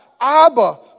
Abba